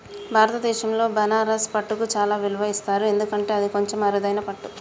భారతదేశంలో బనారస్ పట్టుకు చాలా విలువ ఇస్తారు ఎందుకంటే అది కొంచెం అరుదైన పట్టు